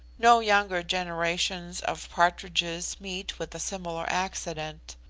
no younger generations of partridges meet with a similar accident.